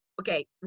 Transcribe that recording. okay